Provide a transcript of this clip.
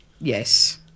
Yes